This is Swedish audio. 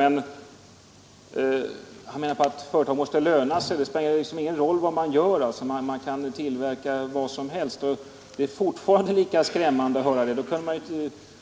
Men han hävdade att företag måste löna sig och att det sedan inte spelar någon roll vad de gör. Man kan tillverka vad som helst, tycker herr Ringaby, men det är fortfarande lika skrämmande att höra det. Om